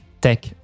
tech